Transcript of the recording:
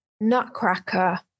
nutcracker